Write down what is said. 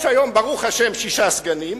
יש היום, ברוך השם, שישה סגנים,